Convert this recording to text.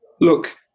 look